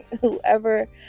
whoever